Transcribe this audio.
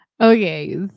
Okay